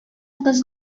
кыз